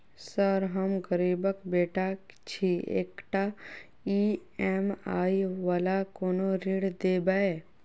Sir हम गरीबक बेटा छी एकटा ई.एम.आई वला कोनो ऋण देबै?